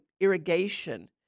irrigation